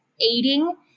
aiding